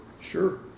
sure